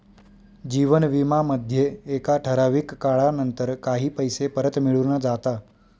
जीवन विमा मध्ये एका ठराविक काळानंतर काही पैसे परत मिळून जाता